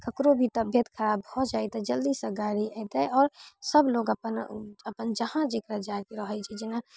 ककरो भी तबियत खराब भऽ जाइ तऽ जल्दीसँ गाड़ी एतै आओर सब लोग अपन अपन जहाँ जकरा जाइके रहै छै जेना